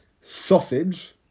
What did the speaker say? Sausage